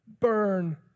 Burn